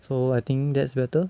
so I think that's better